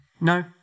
No